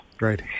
Right